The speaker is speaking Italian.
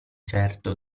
certo